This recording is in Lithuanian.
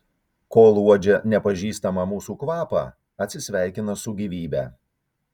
kol uodžia nepažįstamą mūsų kvapą atsisveikina su gyvybe